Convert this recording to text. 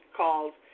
called